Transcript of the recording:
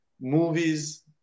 movies